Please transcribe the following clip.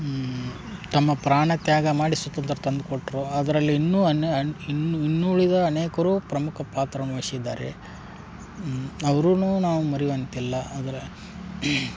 ತಮ್ಮ ಪ್ರಾಣ ತ್ಯಾಗ ಮಾಡಿ ಸ್ವಾತಂತ್ರ್ಯ ತಂದುಕೊಟ್ರು ಅದ್ರಲ್ಲಿ ಇನ್ನೂ ಇನ್ನುಳಿದ ಅನೇಕರು ಪ್ರಮುಖ ಪಾತ್ರವನ್ನು ವಹ್ಸಿದ್ದಾರೆ ಅವ್ರನ್ನೂ ನಾವು ಮರೆಯುವಂತಿಲ್ಲ ಅಂದರೆ